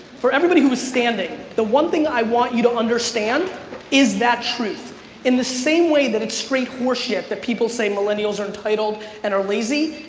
for everybody who is standing, the one thing i want you to understand is that truth in the same way that it's straight horseshit that people say millennials are entitled and are lazy,